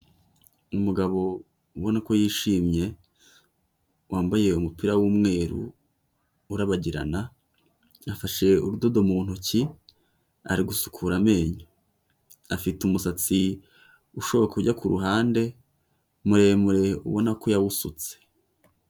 Umugabo ubona ko yishimye wambaye umupira w'umweru urabagirana, yafashe urudodo mu ntoki ari gusukura amenyo, afite umusatsi ushoka ujya ku ruhande muremure, ubona ko yawusutse.